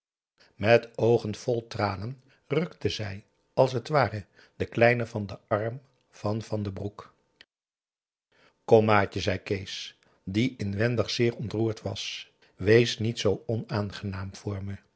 met oogen vol tranen rukte zij als het ware de kleine van den arm van van den broek p a daum hoe hij raad van indië werd onder ps maurits kom maatje zei kees die inwendig zeer ontroerd was wees niet zoo onaangenaam voor